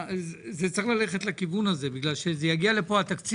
זה צריך ללכת לכיוון הזה כיוון שהתקציב יגיע לפה.